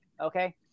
okay